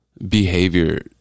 behavior